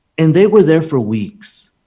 and they were there for weeks.